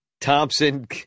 Thompson